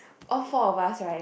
all four of us right